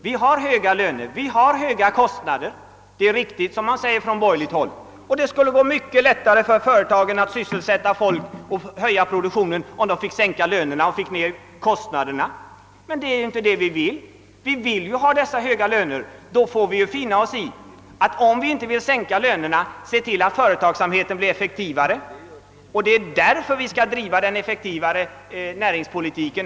Det är riktigt som man säger på borgerligt håll, att vi har höga löner och höga kostnader. Det skulle gå mycket lättare för företagen att sysselsätta folk och höja produktionen om man kunde sänka lönerna och kostnaderna. Men det är ju inte det vi vill. Vi vill ha dessa höga löner, och då får vi finna Oss 1 att se till att företagsamheten blir effektivare. Det är därför vi behöver en effektivare näringspolitik.